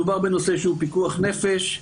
מדובר בנושא שהוא פיקוח נפש.